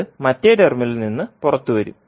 അത് മറ്റേ ടെർമിനലിൽ നിന്ന് പുറത്തുവരും